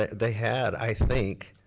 they had, i think,